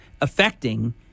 affecting